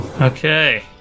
Okay